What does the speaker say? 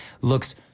looks